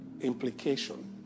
implication